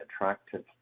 attractive